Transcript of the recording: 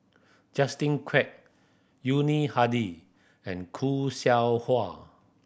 Justin Quek Yuni Hadi and Khoo Seow Hwa